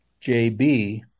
JB